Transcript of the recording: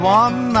one